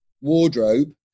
wardrobe